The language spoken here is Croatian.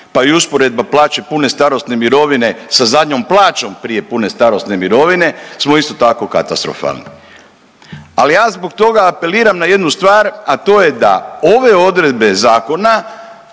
pa i usporedba plaće pune starosne mirovine sa zadnjom plaćom prije pune starosne mirovine smo isto tako katastrofalni. Ali ja zbog toga apeliram na jednu stvar, a to je da ove odredbe zakona